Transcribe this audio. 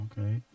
okay